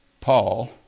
Paul